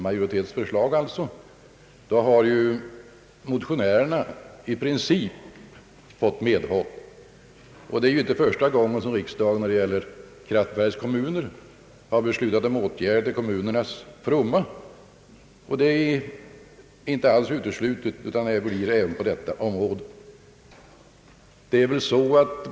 Därmed har ju motionärerna i princip fått medhåll. Det är inte första gången som riksdagen då det gäller kraftverkskommuner har beslutat om åtgärder till kommunernas fromma, och det är inte alls uteslutet att så blir fallet även på detta område.